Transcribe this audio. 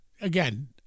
again